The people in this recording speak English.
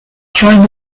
join